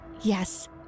Yes